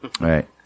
Right